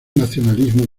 nacionalismo